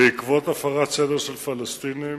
בעקבות הפרת סדר של פלסטינים.